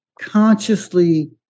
consciously